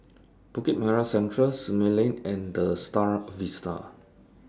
Bukit Merah Central Simei Lane and The STAR Vista